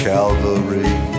Calvary